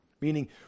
Meaning